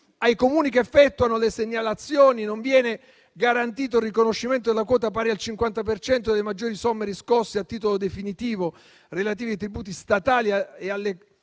ai Comuni che effettuano le segnalazioni non viene garantito il riconoscimento della quota pari al 50 per cento delle maggiori somme riscosse a titolo definitivo relative ai tributi statali e alle